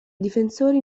difensori